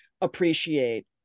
appreciate